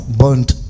burnt